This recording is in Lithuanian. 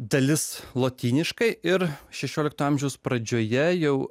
dalis lotyniškai ir šešiolikto amžiaus pradžioje jau